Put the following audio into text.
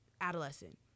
adolescent